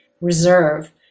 reserve